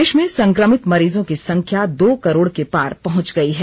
देश में सक्रमित मरीजों की संख्या दो करोड़ के पार पहुंच गई है